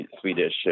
swedish